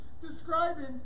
describing